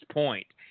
point